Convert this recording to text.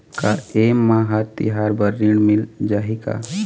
का ये मा हर तिहार बर ऋण मिल जाही का?